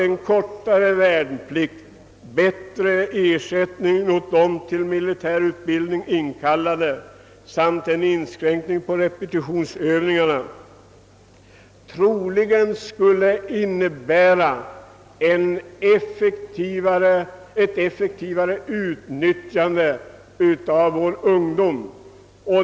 En kortare värnplikt, bättre ersättning åt de till militär utbildning inkallade samt en inskränkning av repetitionsövningarna skulle troligen innebära ett mera effektivt utnyttjande av vår ungdom.